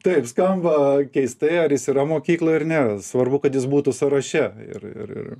taip skamba keistai ar jis yra mokykloj ar ne svarbu kad jis būtų sąraše ir ir ir